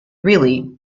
really